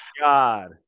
God